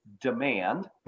demand